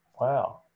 Wow